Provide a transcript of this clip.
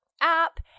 app